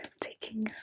taking